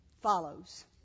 follows